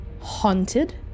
Haunted